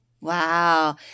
Wow